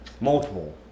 Multiple